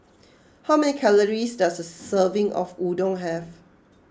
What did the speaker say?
how many calories does a serving of Udon have